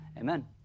Amen